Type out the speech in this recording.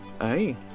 Hey